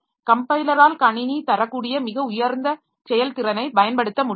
கம்பைலரால் கணினி தரக்கூடிய மிக உயர்ந்த செயல்திறனைப் பயன்படுத்த முடியாது